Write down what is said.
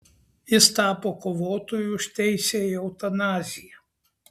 jis tapo kovotoju už teisę į eutanaziją